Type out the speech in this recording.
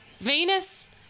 Venus